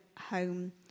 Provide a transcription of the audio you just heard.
home